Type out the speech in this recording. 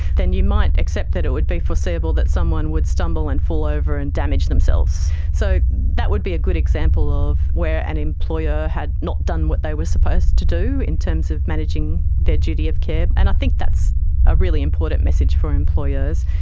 then you might accept that it would be foreseeable that someone would stumble and fall over and damage themselves. so that would be a good example of where an employer had not done what they were supposed to do in terms of managing their duty of care, and i think that's a really important message for employers.